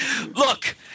Look